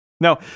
Now